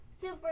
Super